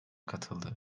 katıldı